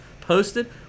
posted